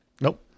Nope